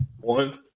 one